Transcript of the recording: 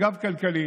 לגב כלכלי